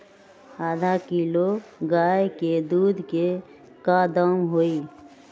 आधा किलो गाय के दूध के का दाम होई?